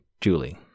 Julie